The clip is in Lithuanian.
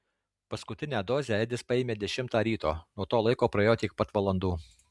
paskutinę dozę edis paėmė dešimtą ryto nuo to laiko praėjo tiek pat valandų